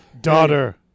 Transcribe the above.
Daughter